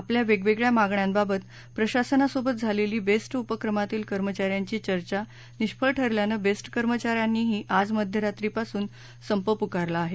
आपल्या वेगवेगळ्या मागण्यांबाबत प्रशासनासोबत झालेली बेस्ट उपक्रमातील कर्मचाऱ्यांची चर्चा निष्फळ ठरल्यानं बेस्ट कर्मचाऱ्यांनीही आज मध्यरात्रीपासून संप पुकारला आहे